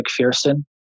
mcpherson